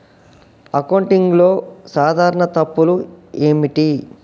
అకౌంటింగ్లో సాధారణ తప్పులు ఏమిటి?